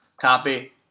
Copy